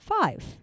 Five